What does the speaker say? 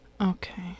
Okay